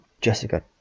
Jessica